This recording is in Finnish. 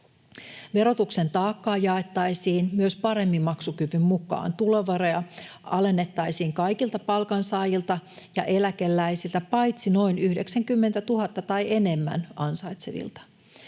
Verotuksen taakkaa myös jaettaisiin paremmin maksukyvyn mukaan. Tuloveroja alennettaisiin kaikilta palkansaajilta ja eläkeläisiltä, paitsi noin 90 000 tai enemmän ansaitsevilta.